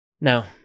Now